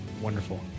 Wonderful